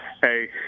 hey